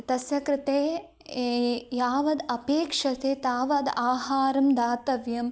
तस्य कृते यावद् अपेक्षते तावद् आहारं दातव्यम्